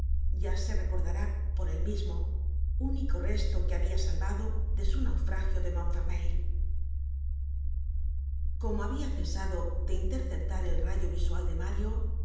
ya se recordará por él mismo único resto que habia salvado de su naufragio de montfermeil como habia cesado de interceptar el rayo visual de mario